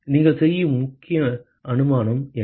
நீங்கள் செய்யும் முக்கிய அனுமானம் என்ன